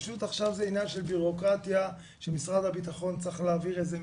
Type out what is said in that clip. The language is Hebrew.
פשוט זה עכשיו עניין של בירוקרטיה שמשרד הבטחון צריך להעביר איזה מסמך,